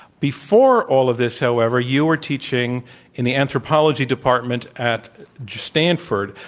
before all of this, however, you were teaching in the anthropology department at stanford,